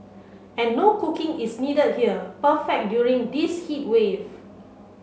and no cooking is needed here perfect during this heat wave